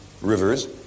rivers